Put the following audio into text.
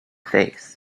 face